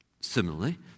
Similarly